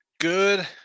Good